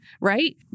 right